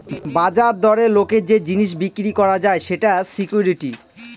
বাজার দরে লোকের যে জিনিস বিক্রি করা যায় সেটা সিকুইরিটি